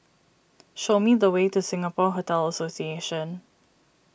show me the way to Singapore Hotel Association